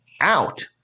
out